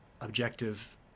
objective